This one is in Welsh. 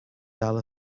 dal